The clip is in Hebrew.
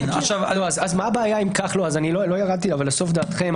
אם כך, לא ירדתי לסוף דעתכם.